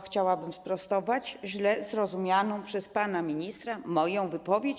Chciałabym sprostować źle zrozumianą przez pana ministra moją wypowiedź.